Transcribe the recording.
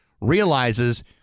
realizes